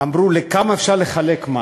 אמרו: לכמה אפשר לחלק משהו?